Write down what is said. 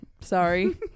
sorry